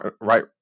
right